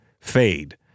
fade